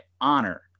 honor